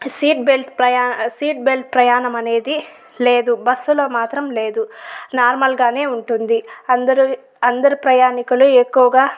seat belt ప్రయా seat belt ప్రయాణమనేది లేదు బస్సు లో మాత్రం లేదు నార్మల్ గానే ఉంటుంది అందరు అందరు ప్రయాణికులు ఎక్కువుగా